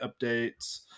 updates